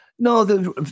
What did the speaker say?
No